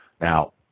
Now